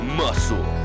muscle